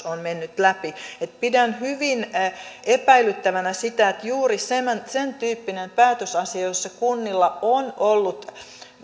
on mennyt läpi pidän hyvin epäilyttävänä sitä että juuri sen sen tyyppisissä kuntien päätösasioissa joissa kunnilla on ollut